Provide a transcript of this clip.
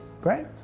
Great